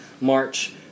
march